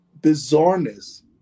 bizarreness